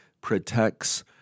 protects